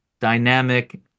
dynamic